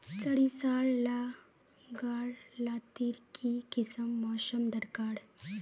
सरिसार ला गार लात्तिर की किसम मौसम दरकार?